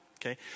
okay